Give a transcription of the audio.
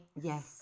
Yes